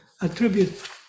attribute